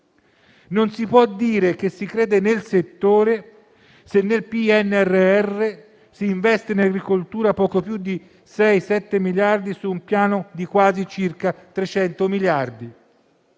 Non si può dire che si crede nel settore se nel PNRR si investono in agricoltura poco più di 6-7 miliardi su un Piano di circa 300 miliardi.